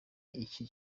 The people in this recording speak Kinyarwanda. iki